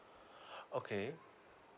okay